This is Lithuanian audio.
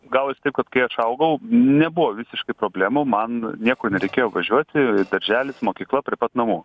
gavosi taip kad kai aš augau nebuvo visiškai problemų man niekur nereikėjo važiuoti darželis mokykla prie pat namų